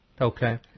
Okay